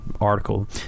article